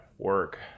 work